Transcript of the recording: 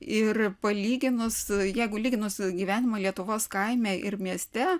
ir palyginus jeigu lyginus gyvenimą lietuvos kaime ir mieste